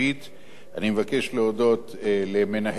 אני מבקש להודות למנהלת הוועדה,